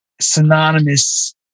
synonymous